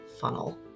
funnel